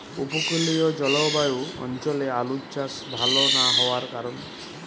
উপকূলীয় জলবায়ু অঞ্চলে আলুর চাষ ভাল না হওয়ার কারণ?